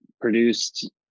produced